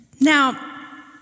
Now